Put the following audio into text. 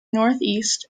northeast